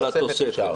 התוספת אפשר.